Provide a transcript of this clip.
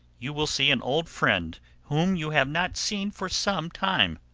you will see an old friend whom you have not seen for some time.